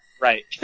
Right